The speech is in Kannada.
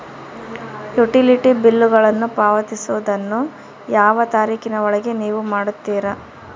ಯುಟಿಲಿಟಿ ಬಿಲ್ಲುಗಳನ್ನು ಪಾವತಿಸುವದನ್ನು ಯಾವ ತಾರೇಖಿನ ಒಳಗೆ ನೇವು ಮಾಡುತ್ತೇರಾ?